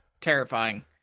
terrifying